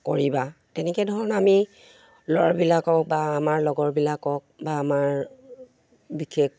কৰিবা তেনেকে ধৰণৰ আমি ল'ৰাবিলাকক বা আমাৰ লগৰবিলাকক বা আমাৰ বিশেষ